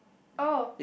oh